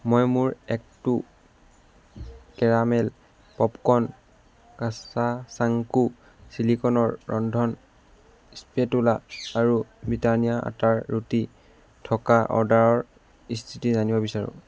মই মোৰ act two caramel popcorn কাছাচাংকো ছিলিকনৰ ৰন্ধন স্পেটুলা আৰু ব্ৰিটানিয়া আটাৰ ৰুটি থকা অৰ্ডাৰৰ স্থিতি জানিব বিচাৰোঁ